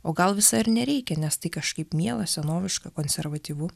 o gal visai ir nereikia nes tai kažkaip miela senoviška konservatyvu